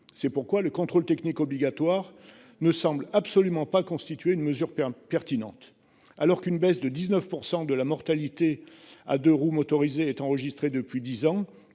C'est pourquoi le contrôle technique obligatoire ne semble absolument pas constituer une mesure P1 pertinente alors qu'une baisse de 19% de la mortalité à deux-roues motorisés est enregistrée depuis 10 ans